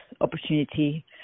opportunity